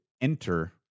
enter